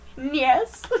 yes